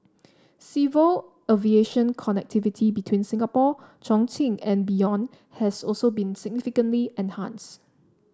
civil aviation connectivity between Singapore Chongqing and beyond has also been significantly enhanced